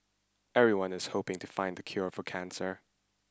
everyone is hoping to find the cure for cancer